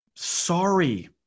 sorry